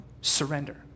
surrender